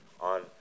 on